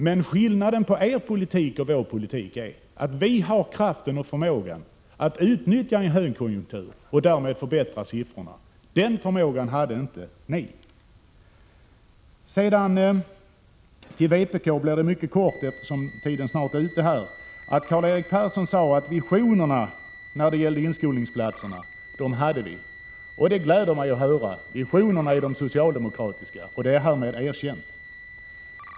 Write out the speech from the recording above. Men skillnaden mellan er politik och vår politik är att vi har kraften och förmågan att utnyttja en högkonjunktur och därmed förbättra siffrorna. Den förmågan hade inte ni. Till vpk blir svaret mycket kort eftersom tiden snart är ute. Karl-Erik Persson sade att vi hade visionerna när det gäller inskolningsplatser. Det gläder mig att höra att visionerna är socialdemokratiska och att det har erkänts här.